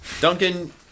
Duncan